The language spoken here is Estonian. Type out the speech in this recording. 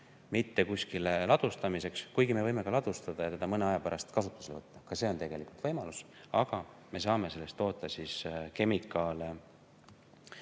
CO2mitte kuskile ladustamiseks. Kuigi me võime ka ladustada ja teda mõne aja pärast kasutusele võtta, ka see on tegelikult võimalus, aga me saame sellest toota kemikaale